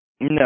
No